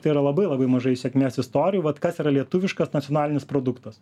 tai yra labai labai mažai sėkmės istorijų vat kas yra lietuviškas nacionalinis produktas